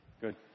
Good